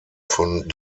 von